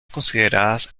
consideradas